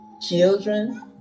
children